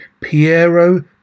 Piero